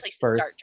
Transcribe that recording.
first